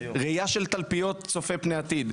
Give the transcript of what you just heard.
ראייה של תלפיות צופה פני עתיד,